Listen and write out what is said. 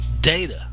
Data